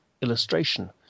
illustration